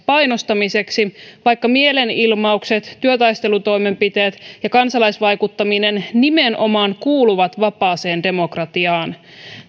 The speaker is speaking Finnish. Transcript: painostamiseksi vaikka mielenilmaukset työtaistelutoimenpiteet ja kansalaisvaikuttaminen nimenomaan kuuluvat vapaaseen demokratiaan